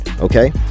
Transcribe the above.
okay